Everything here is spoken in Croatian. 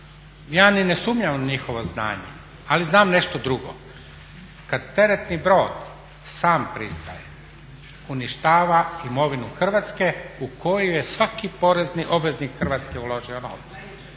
Ja ni ne sumnjam u njihovo znanje ali znam nešto drugo, kad teretni brod sam pristaje uništava imovinu Hrvatske u koju je svaki porezni obveznik Hrvatske uložio novce.